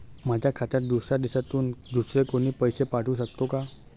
माझ्या खात्यात दुसऱ्या देशातून दुसरे कोणी पैसे पाठवू शकतो का?